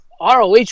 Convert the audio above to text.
ROH